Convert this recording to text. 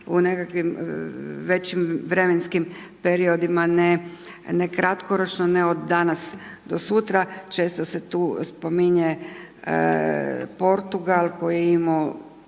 u nekakvim većim vremenskim periodima, ne kratkoročno, ne od danas, do sutra, često se tu spominje Portugal koji je imao